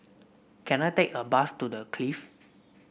can I take a bus to The Clift